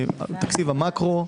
לתקציב המקרו.